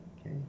Okay